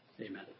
Amen